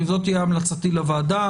זאת תהיה המלצתי לוועדה.